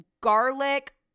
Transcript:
garlic